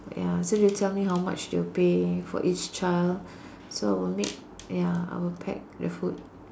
ya so they tell me how much they will pay for each child so I will make ya I will pack the food